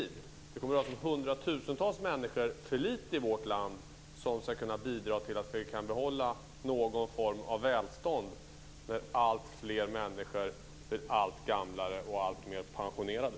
Det kommer att vara hundra tusentals människor för litet i vårt land för att bidra till att vi kan behålla någon form av välstånd när alltfler blir allt äldre och pensionerade.